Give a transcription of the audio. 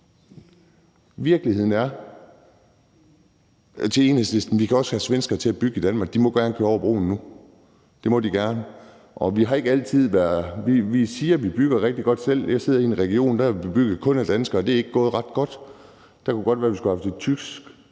Til Enhedslisten vil jeg sige, at vi også kan have svenskere til at bygge i Danmark. De må gerne køre over broen nu. Det må de gerne. Og vi siger, at vi bygger rigtig godt selv, og jeg sidder i en region, der er bebygget af kun danskere, og det er ikke gået ret godt. Det kunne godt være, vi skulle have haft et tysk